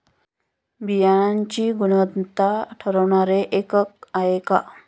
बियाणांची गुणवत्ता ठरवणारे एकक आहे का?